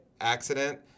accident